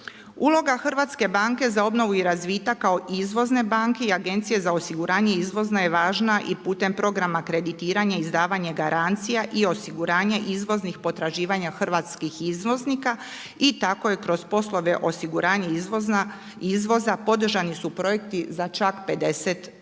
Uloga Hrvatske banke za obnovu i razvitak kao izvozne banke i Agencije za osiguranje izvoza je važna i putem programa kreditiranja izdavanje garancija i osiguranja izvoznih potraživanja hrvatskih izvoznika i tako je kroz poslove osiguranja izvoza podržani su projekti za čak 50 zemalja